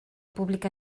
públic